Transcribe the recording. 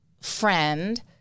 friend